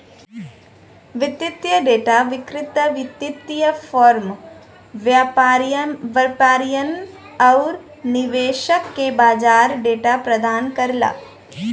वित्तीय डेटा विक्रेता वित्तीय फर्मों, व्यापारियन आउर निवेशक के बाजार डेटा प्रदान करला